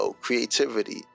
creativity